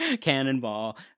Cannonball